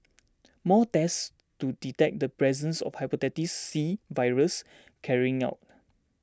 more tests to detect the presence of Hepatitis C virus carried out